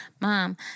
Mom